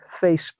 Facebook